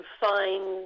find